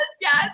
Yes